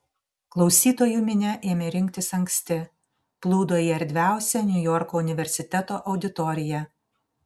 klausytojų minia ėmė rinktis anksti plūdo į erdviausią niujorko universiteto auditoriją